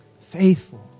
Faithful